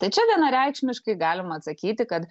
tai čia vienareikšmiškai galima atsakyti kad